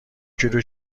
کیلو